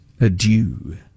Adieu